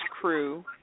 crew